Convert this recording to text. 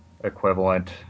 equivalent